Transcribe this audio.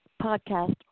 podcast